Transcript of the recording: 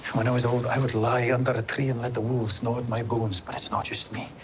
when i was old, i would lie under a tree and let the wolves gnaw at my bones. but it's not just me.